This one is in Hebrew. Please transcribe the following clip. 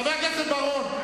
חבר הכנסת בר-און.